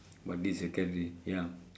Bartley secondary ya